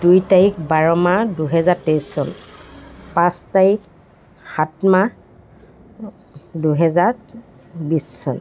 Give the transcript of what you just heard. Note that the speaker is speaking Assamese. দুই তাৰিখ বাৰ মাহ দুহেজাৰ তেইছ চন পাঁচ তাৰিখ সাত মাহ দুহেজাৰ বিশ চন